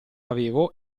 avevo